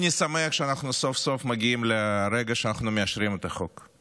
אני שמח שאנחנו סוף-סוף מגיעים לרגע שאנחנו מאשרים את החוק.